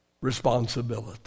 responsibility